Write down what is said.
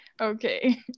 okay